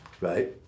right